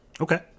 Okay